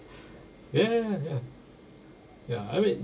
ya ya ya ya I wait